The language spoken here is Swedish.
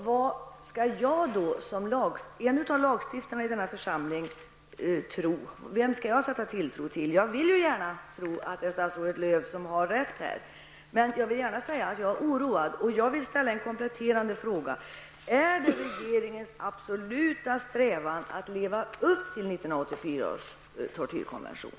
Vad skall jag, som en av lagstiftarna i denna församling, tro? Vem skall jag sätta tilltro till? Jag vill gärna tro att statsrådet Lööw har rätt, men jag är oroad och vill därför ställa en kompletterande fråga: Är det regeringens absoluta strävan att leva upp till 1984 års tortyrkonvention?